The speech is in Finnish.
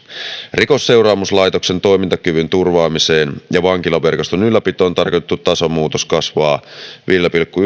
rikosseuraamuslaitoksen toimintakyvyn turvaamiseen ja vankilaverkoston ylläpitoon tarkoitettu tasomuutos kasvaa viiteen pilkku